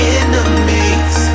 enemies